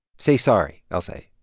say sorry, i'll say.